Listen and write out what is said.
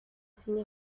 cine